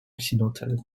occidental